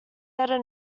better